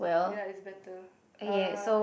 ya it's better uh